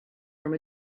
from